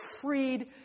freed